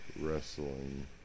wrestling